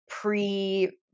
Pre